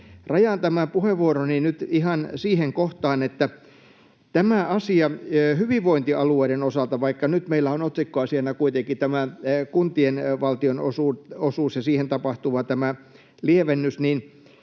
Rajaan tämän puheenvuoroni nyt ihan siihen kohtaan, että on tämä asia hyvinvointialueiden osalta: Vaikka nyt meillä on otsikkoasiana kuitenkin tämä kuntien valtionosuus ja tämä siihen tapahtuva lievennys, niin